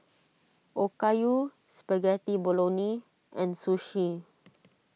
Okayu Spaghetti Bolognese and Sushi